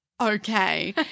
okay